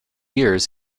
years